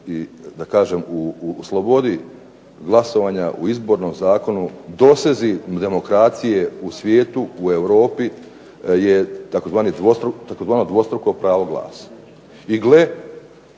da kažem u slobodi glasovanja u izbornom zakonu dosezi demokracije u svijetu, u Europi je tzv. dvostruko pravo glasa. I gle,